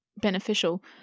beneficial